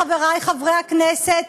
חברי חברי הכנסת,